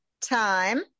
time